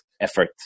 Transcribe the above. effort